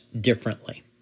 differently